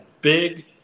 big